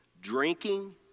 drinking